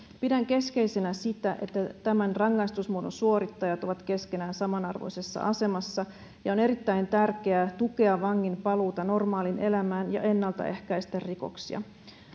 pidän keskeisenä sitä että tämän rangaistusmuodon suorittajat ovat keskenään samanarvoisessa asemassa ja on erittäin tärkeää tukea vangin paluuta normaaliin elämään ja ennaltaehkäistä rikoksia